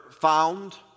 found